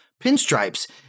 pinstripes